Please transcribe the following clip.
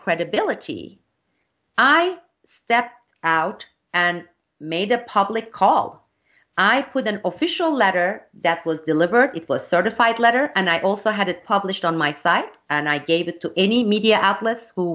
credibility i stepped out and made a public call i put an official letter that was delivered it was certified letter and i also had it published on my site and i gave it to any media outlets w